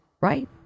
right